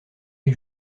ils